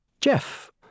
Jeff